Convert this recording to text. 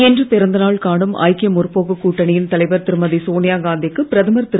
இன்று பிறந்தநாள் காணும் ஐக்கிய முற்போக்குக் கூட்டணியின் தலைவர் திருமதி சோனியாகாந்திக்கு பிரதமர் திரு